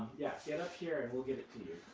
yeah, stand up here and we'll give it to you.